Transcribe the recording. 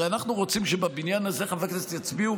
הרי אנחנו רוצים שבבניין הזה חברי כנסת יצביעו